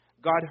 God